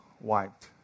wiped